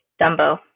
Dumbo